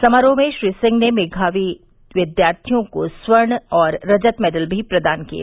समारोह में श्री सिंह ने मेघावी विद्यार्थियों को स्वर्ण और रजत मेडल भी प्रदान किये